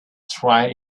tried